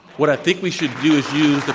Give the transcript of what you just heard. what i think we should do is use the